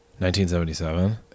1977